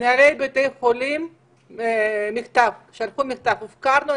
מנהלי בתי החולים שלחו מכתב: הופקרנו,